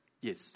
Yes